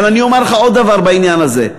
אבל אני אומר לך עוד דבר בעניין הזה.